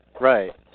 Right